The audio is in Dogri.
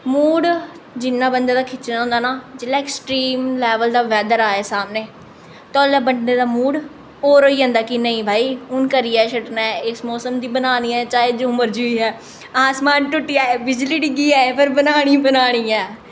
मूड़ जिन्ना बंदे दा खिच्चने दा होंदा ना जिसलै ऐक्सट्रीम लैवल दा वैदर आए सामनै तां उसलै बंदे दा मूड़ होर होई बंदा कि नेईं भाई हून करियै गै छड्डना ऐ इस मोसम दी बनानी ऐ चाहे जो मर्जी होई जाए आसमान टुट्टी जाए बिजली डिग्गी जाए पर बनानी गै बनानी ऐ